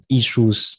issues